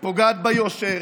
פוגעת ביושר